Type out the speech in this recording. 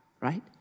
right